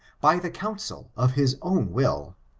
by the counsel of his own will,